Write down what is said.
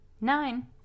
nine